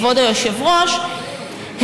כבוד היושב-ראש,